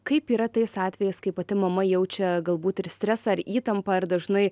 kaip yra tais atvejais kai pati mama jaučia galbūt ir stresą ir įtampą ir dažnai